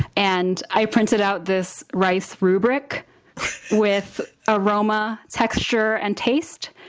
and i printed out this rice rubric with aroma, texture, and taste.